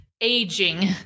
aging